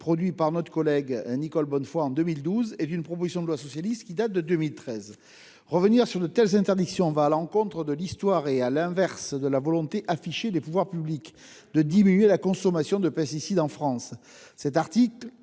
réalisé par notre collègue Nicole Bonnefoy en 2012 et d'une proposition de loi de 2013. Revenir sur de telles interdictions va à l'encontre de l'histoire et à rebours de la volonté, affichée par les pouvoirs publics, de diminuer la consommation de pesticides en France. L'article